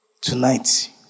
tonight